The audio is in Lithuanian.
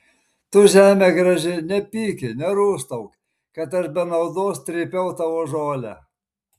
tu žeme graži nepyki nerūstauk kad aš be naudos trypiau tavo žolę